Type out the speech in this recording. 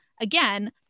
again